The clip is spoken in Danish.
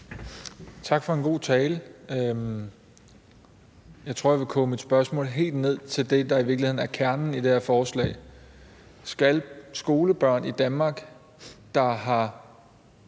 Tak for en god tale. Jeg tror, jeg vil koge mit spørgsmål helt ned til det, der i virkeligheden er kernen i det her forslag. Skal skolebørn i Danmark, der har